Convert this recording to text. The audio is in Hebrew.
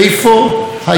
איפה היית באוסלו,